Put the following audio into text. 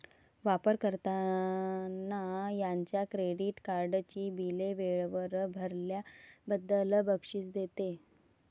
वापर कर्त्यांना त्यांच्या क्रेडिट कार्डची बिले वेळेवर भरल्याबद्दल बक्षीस देते